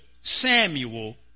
Samuel